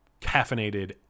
caffeinated